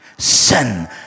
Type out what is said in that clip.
Sin